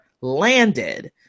landed